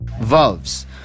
Valves